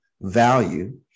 value